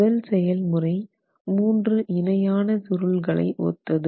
முதல் செயல்முறை 3 இணையான சுருள்களை ஒத்தது